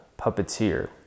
puppeteer